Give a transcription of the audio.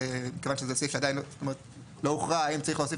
מכיוון שזה סעיף שעדיין לא הוכרה האם צריך להוסיף